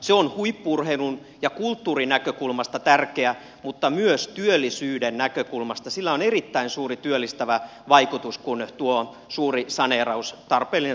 se on huippu urheilun ja kulttuurin näkökulmasta tärkeä mutta myös työllisyyden näkökulmasta sillä on erittäin suuri työllistävä vaikutus kun tuo suuri saneeraus tarpeellinen saneeraus saadaan nyt liikkeelle